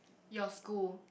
your school